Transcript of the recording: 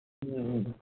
ꯎꯝ